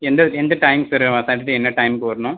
எந்த எந்த time sir வ சாட்டர்டே என்ன டைம்க்கு வரணும்